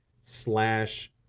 slash